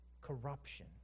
corruption